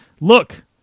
Look